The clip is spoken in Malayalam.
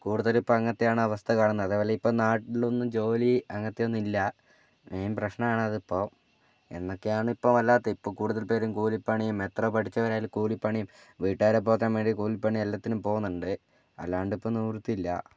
കൂടുതലും ഇപ്പം അങ്ങനത്തെയാണ് അവസ്ഥ കാണുന്നത് ഇപ്പം നാട്ട്ലൊന്നും ജോലി അങ്ങനത്തെയൊന്നു ഇല്ല മെയിൻ പ്രശ്നനാണതിപ്പൊ ഇപ്പൊ കൂടുതൽ പേരും കൂലിപ്പണിയും എത്ര പഠിച്ചവരായാലും കൂലിപ്പണിയും വീട്ടുകാരെ പോറ്റാൻ വേണ്ടി കൂലിപ്പണിക്കും എല്ലത്തിനും പോകുന്നുണ്ട് അല്ലാണ്ടിപ്പം നിവൃത്തിയില്ല